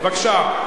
בבקשה.